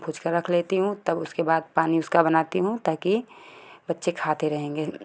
भूज कर रख लेती हूँ तब उसका पानी उसका बनाती हूँ ताकि बच्चे खाते रहेंगे